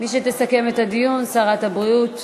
מי שתסכם את הדיון, שרת הבריאות.